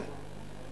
60 הוא אמר, לא?